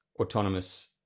autonomous